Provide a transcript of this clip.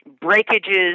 breakages